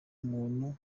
muntu